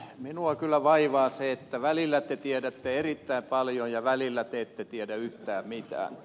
minua kyllä vaivaa se että välillä te tiedätte erittäin paljon ja välillä te ette tiedä yhtään mitään